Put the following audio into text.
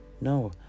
No